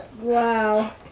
Wow